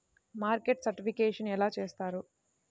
Market certification ఎలా చేస్తారు?